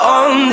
on